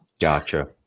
Gotcha